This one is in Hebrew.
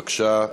בבקשה,